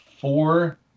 Four